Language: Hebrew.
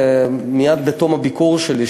מייד בתום הביקור שלי,